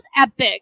epic